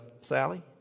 Sally